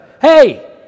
Hey